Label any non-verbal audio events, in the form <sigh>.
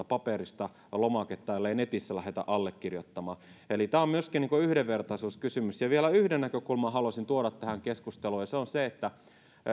<unintelligible> paperista lomaketta ellei netissä lähdetä allekirjoittamaan eli tämä on myöskin yhdenvertaisuuskysymys vielä yhden näkökulman haluaisin tuoda tähän keskusteluun ja se on se että